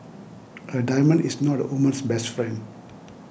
a diamond is not a woman's best friend